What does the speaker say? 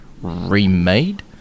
remade